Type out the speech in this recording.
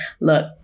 look